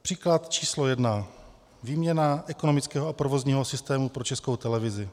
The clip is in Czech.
Příklad číslo 1. Výměna ekonomického a provozního systému pro Českou televizi.